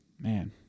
Man